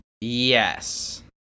Yes